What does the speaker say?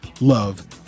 love